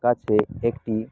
কাছে একটি